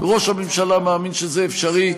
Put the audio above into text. ראש הממשלה מאמין שזה אפשרי.